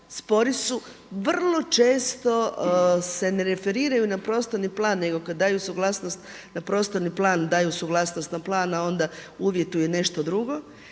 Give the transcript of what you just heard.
spori su, vrlo često se ne referiraju na prostorni plan nego kada daju suglasnost na prostorni plan, daju suglasnost na plan a onda uvjetuju nešto drugo.